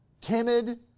timid